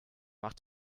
macht